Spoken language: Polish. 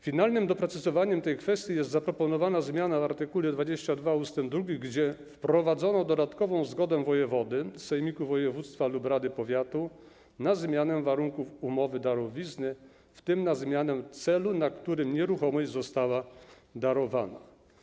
Finalnym doprecyzowaniem tej kwestii jest zaproponowana zmiana w art. 22 ust. 2, gdzie wprowadzono wymóg uzyskania dodatkowej zgody wojewody, sejmiku województwa lub rady powiatu na zmianę warunków umowy darowizny, w tym na zmianę celu, na który nieruchomość została darowana.